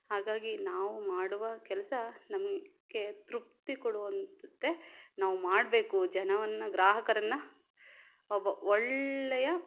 ಹಾಗಾಗಿ ನಾವು ಮಾಡುವ ಕೆಲಸ ನಮಗೆ ತೃಪ್ತಿ ಕೊಡುವಂತೆ ನಾವು ಮಾಡಬೇಕು ಜನರನ್ನ ಗ್ರಾಹಕರನ್ನು ಒಬ್ಬ ಒಳ್ಳೆಯ